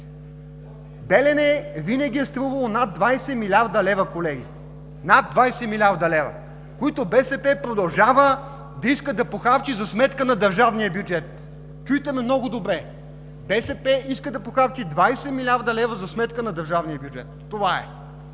„Белене“ винаги е струвало над 20 млрд. лв., колеги, които БСП продължава да иска да похарчи за сметка на държавния бюджет. Чуйте ме много добре – БСП иска да похарчи 20 млрд. лв. за сметка на държавния бюджет. Това е!